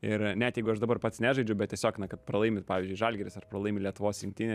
ir net jeigu aš dabar pats nežaidžiu bet tiesiog na kad pralaimi pavyzdžiui žalgiris ar pralaimi lietuvos rinktinė